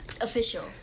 Official